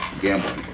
Gambling